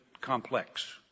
complex